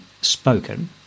spoken